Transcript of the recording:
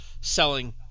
selling